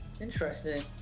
Interesting